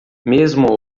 mesmo